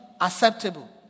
acceptable